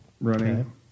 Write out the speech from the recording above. running